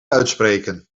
uitspreken